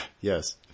Yes